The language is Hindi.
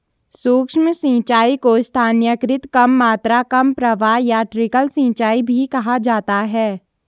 सूक्ष्म सिंचाई को स्थानीयकृत कम मात्रा कम प्रवाह या ट्रिकल सिंचाई भी कहा जाता है